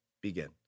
begin